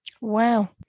Wow